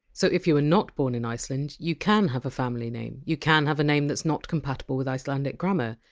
so if you were not born in iceland, you can have a family name, you can have a name that is not compatible with icelandic grammar,